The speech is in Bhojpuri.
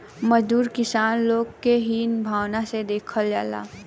मजदूर किसान लोग के हीन भावना से देखल जाला